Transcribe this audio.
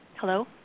Hello